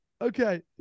Okay